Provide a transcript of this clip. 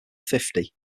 fifty